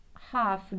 half